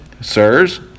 sirs